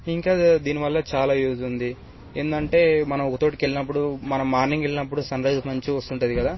ఇంకా దీనివల్ల చాలా యూజ్ ఉంది ఏంటంటే మనం ఒక చోటుకి వెళ్ళినప్పుడు మనం మార్నింగ్ వెళ్ళినప్పుడు సన్రైజ్ మంచిగా వస్తుంటుంది కదా